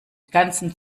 ganzen